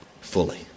fully